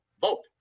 Vote